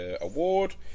award